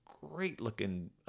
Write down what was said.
great-looking